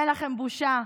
אין לכם בושה?